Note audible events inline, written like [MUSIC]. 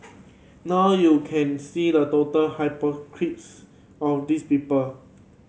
now you can see the total [UNINTELLIGIBLE] of these people